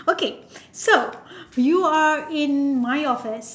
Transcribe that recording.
okay so you are in my office